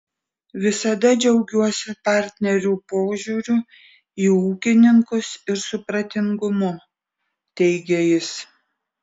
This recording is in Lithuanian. visada džiaugiuosi partnerių požiūriu į ūkininkus ir supratingumu teigė jis